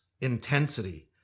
intensity